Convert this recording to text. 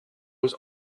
was